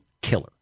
killer